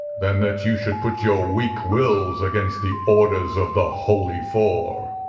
than that you should put your weak wills against the orders of the holy four!